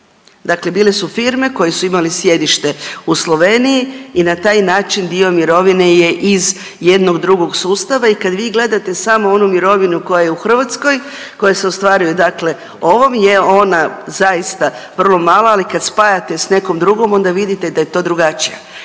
dakle bile su firme koje su imali sjedište u Sloveniji i na taj način dio mirovine je iz jednog drugog sustava i kad vi gledate samo onu mirovinu koja je u Hrvatskoj, koja se ostvaruje dakle ovom je ona zaista vrlo mala, ali kad spajate s nekom drugom onda vidite da je to drugačija.